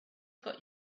got